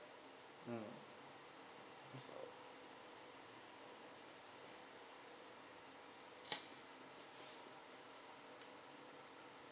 mm so